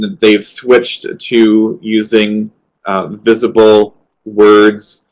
they have switched to using visible words.